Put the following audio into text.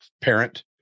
parent